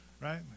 right